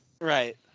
Right